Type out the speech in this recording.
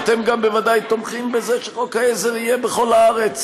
ואתם גם בוודאי תומכים בזה שחוק העזר יהיה בכל הארץ,